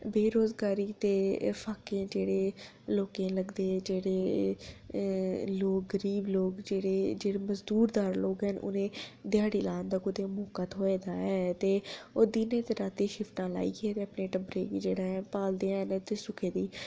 बेरोजगारी ते फाके जेह्ड़े लोकें गी लगदे जेह्ड़े गरीब लोक जेह्ड़े मजदूरदार लोक हैन उ'नें गी ध्याड़ी लाने दा कुतै मौका थ्होए दा ऐ ते ओह् दिन रातीं शिफ्टां लाइयै अपने टब्बरै बी जेह्ड़ा ऐ पालदे हैन ते सुखै दी